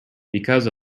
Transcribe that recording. because